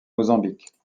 mozambique